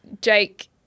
Jake